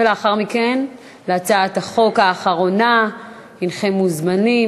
הצעת החוק תועבר לוועדת הכלכלה להכנה לקריאה שנייה